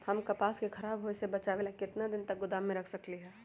हम कपास के खराब होए से बचाबे ला कितना दिन तक गोदाम में रख सकली ह?